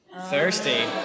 Thirsty